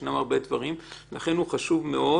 לכן הוא חשוב מאוד.